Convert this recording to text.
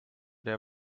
der